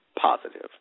positive